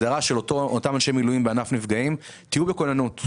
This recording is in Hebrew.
מבקשים מאותם אנשי מילואים בענף נפגעים להיות בכוננות.